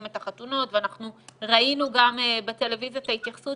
את החתונות ואנחנו ראינו גם בטלוויזיה את ההתייחסות